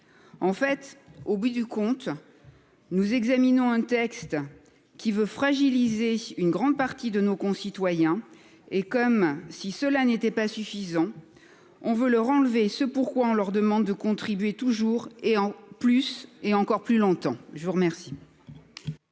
solidarité. Au bout du compte, nous examinons un texte qui tend à fragiliser une grande partie de nos concitoyens. Comme si cela n'était pas suffisant, on veut leur enlever ce pourquoi on leur demande de contribuer toujours plus et encore plus longtemps ! La parole